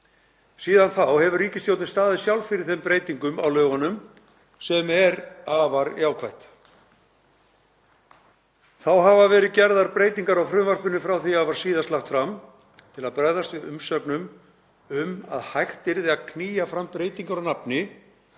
Síðan þá hefur ríkisstjórnin staðið sjálf fyrir breytingum á lögunum sem er afar jákvætt. Þá hafa verið gerðar breytingar á frumvarpinu frá því að það var síðast lagt fram til að bregðast við umsögnum um að hægt yrði að knýja fram breytingar á nafni